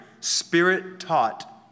Spirit-taught